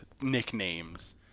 nicknames